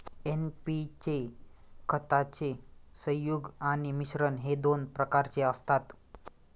NP चे खताचे संयुग आणि मिश्रण हे दोन प्रकारचे असतात